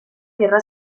guerra